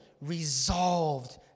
resolved